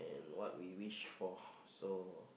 and what we wish for so